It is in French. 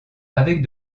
avec